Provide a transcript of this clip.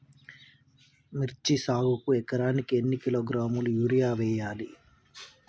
మిర్చి సాగుకు ఎకరానికి ఎన్ని కిలోగ్రాముల యూరియా వేయాలి?